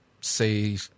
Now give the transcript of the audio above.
say